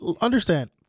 Understand